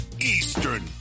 Eastern